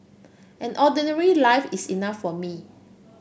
an ordinary life is enough for me